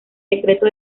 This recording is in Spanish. decreto